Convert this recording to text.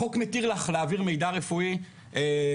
החוק מתיר לך להעביר מידע רפואי לאנשי